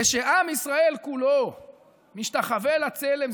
כשעם ישראל כולו משתחווה לצלם,